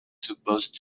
supposed